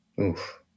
Oof